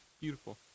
beautiful